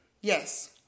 Yes